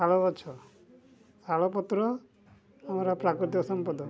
ଶାଳ ଗଛ ଶାଳପତ୍ର ଆମର ପ୍ରାକୃତିକ ସମ୍ପଦ